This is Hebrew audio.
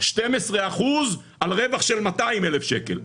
12 אחוז על רווח של 200,000 שקל,